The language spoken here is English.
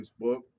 Facebook